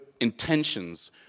intentions